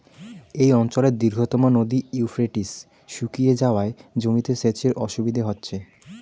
এই অঞ্চলের দীর্ঘতম নদী ইউফ্রেটিস শুকিয়ে যাওয়ায় জমিতে সেচের অসুবিধে হচ্ছে